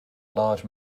large